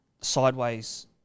sideways